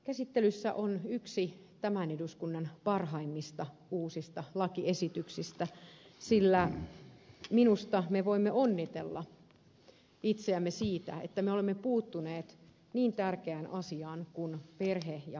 käsittelyssä on yksi tämän eduskunnan parhaimmista uusista lakiesityksistä sillä minusta me voimme onnitella itseämme siitä että me olemme puuttuneet niin tärkeään asiaan kuin perhe ja parisuhdeväkivaltaan